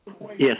Yes